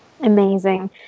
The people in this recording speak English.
amazing